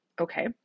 okay